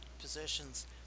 positions